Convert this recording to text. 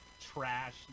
trash